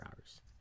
hours